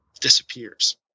disappears